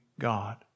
God